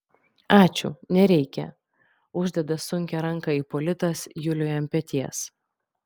ačiū nereikia uždeda sunkią ranką ipolitas juliui ant peties